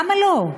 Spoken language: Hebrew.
למה לא?